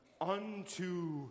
unto